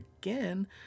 Again